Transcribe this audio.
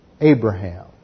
Abraham